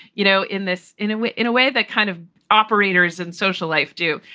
you know, in this in a way, in a way that kind of operators in social life do,